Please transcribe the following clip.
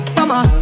Summer